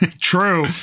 True